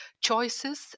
choices